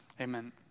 Amen